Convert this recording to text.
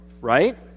right